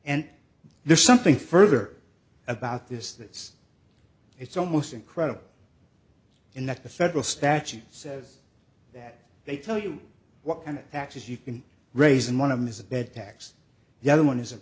and there's something further about this this it's almost incredible in that the federal statute says that they tell you what kind of taxes you can raise and one of them is a bed tax the other one is